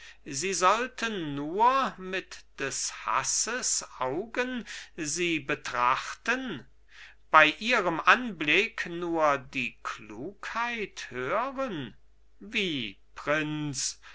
sie sollten nur mit des hasses augen sie betrachten bei ihrem anblick nur die klugheit hören wie prinz